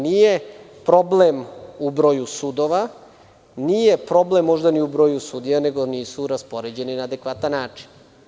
Nije problem u broju sudova, nije problem možda ni u broju sudija, nego nisu raspoređeni na adekvatan način